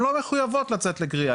והם לא מחוייבות לצאת לקריאה,